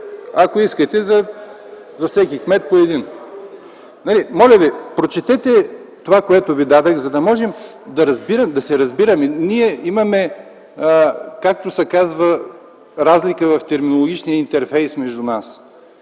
Ако искате за всеки кмет по един. Моля Ви, прочете това, което Ви дадох, за да можем да се разбираме. Ние имаме, както се казва, разлика в терминологичния интерфейс.